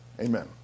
Amen